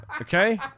Okay